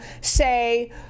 say